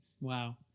Wow